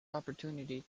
opportunity